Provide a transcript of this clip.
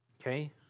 Okay